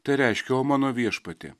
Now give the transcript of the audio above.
tai reiškia o mano viešpatie